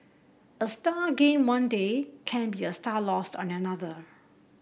a star gained one day can be a star lost on another